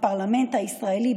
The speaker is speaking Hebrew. בפרלמנט הישראלי,